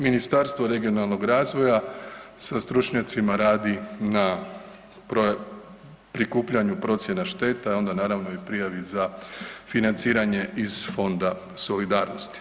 Ministarstvo regionalnog razvoja sa stručnjacima radi na prikupljanju procjena šteta onda naravno i prijavi za financiranje iz Fonda solidarnosti.